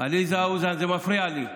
עליזה אוזן, זה מפריע לי.